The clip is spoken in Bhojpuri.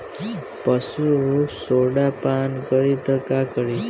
पशु सोडा पान करी त का करी?